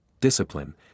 Discipline